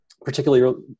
particularly